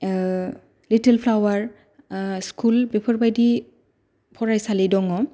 little flower school बेफोरबादि फरायसालि दङ